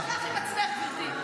--- תשאלי את עצמך, גברתי.